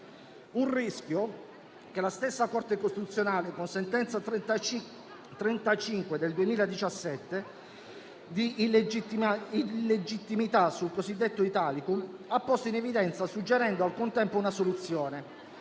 un rischio che la stessa Corte Costituzionale, con la sentenza n. 35 del 2017 di illegittimità sul cosiddetto Italicum, ha posto in evidenza, suggerendo al contempo una soluzione: